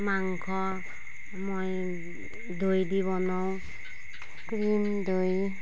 মাংস মই দৈ দি বনাওঁ ক্ৰীম দৈ